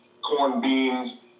corn-beans